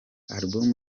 album